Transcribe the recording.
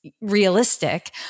realistic